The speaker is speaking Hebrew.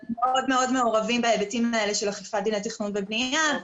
אנחנו מאוד מעורבים בהיבטים האלה של אכיפת דיני תכנון ובנייה,